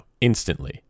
instantly